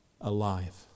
alive